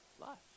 life